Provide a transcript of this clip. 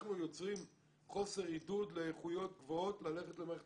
אנחנו יוצרים חוסר עידוד לאיכויות גבוהות ללכת למערכת